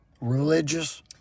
religious